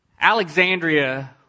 Alexandria